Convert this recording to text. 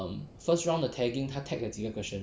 um first round the tagging 他 tag 的几个 question